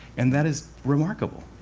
and that is remarkable.